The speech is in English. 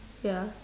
ya